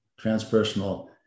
transpersonal